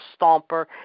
Stomper